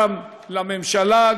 גם לממשלה,